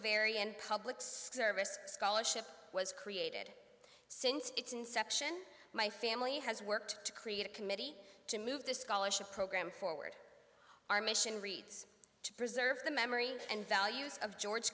vary in public service scholarship was created since its inception my family has worked to create a committee to move the scholarship program forward our mission reads to preserve the memory and values of george